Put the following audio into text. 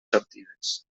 sortides